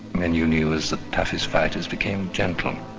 men you knew as the toughest fighters became gentle,